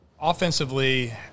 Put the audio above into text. offensively